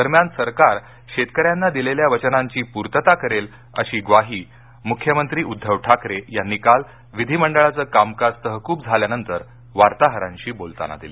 दरम्यान सरकार शेतकऱ्यांना दिलेल्या वचनांची पूर्तता करेल अशी ग्वाही मुख्यमंत्री उद्धव ठाकरे यांनी काल विधिमंडळाचं कामकाज तहकूब झाल्यानंतर वार्ताहरांशी बोलताना दिली